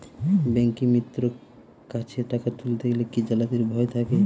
ব্যাঙ্কিমিত্র কাছে টাকা তুলতে গেলে কি জালিয়াতির ভয় থাকে?